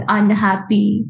unhappy